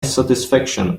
satisfaction